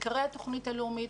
עיקרי התוכנית הלאומית,